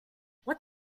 what